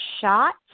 shot